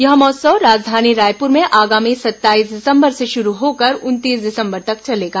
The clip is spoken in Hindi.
यह महोत्सव राजधानी रायपुर में आगामी सत्ताईस दिसंबर से शुरू होकर उनतीस दिसंबर तक चलेगा